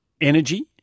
energy